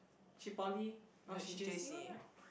she poly oh she J_C one right